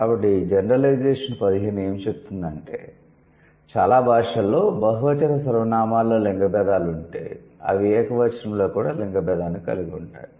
కాబట్టి జెన్ పదిహేను ఏమి చెబుతుందంటే చాలా భాషలలో బహువచన సర్వనామాలలో లింగ భేదాలు ఉంటే అవి ఏకవచనంలో కూడా లింగ భేదాన్ని కలిగి ఉంటాయి